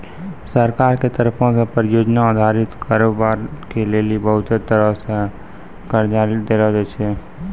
सरकार के तरफो से परियोजना अधारित कारोबार के लेली बहुते तरहो के कर्जा देलो जाय छै